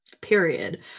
Period